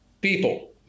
people